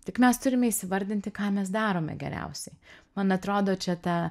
tik mes turime įvardinti ką mes darome geriausiai man atrodo čia ta